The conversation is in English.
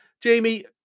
Jamie